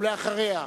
אחריו,